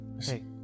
Hey